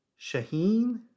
Shaheen